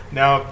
now